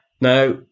Now